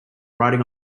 riding